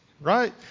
right